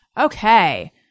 Okay